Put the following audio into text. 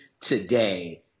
today